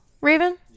raven